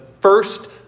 first